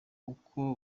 uko